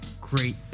great